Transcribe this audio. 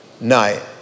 night